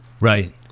Right